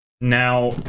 Now